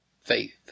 faith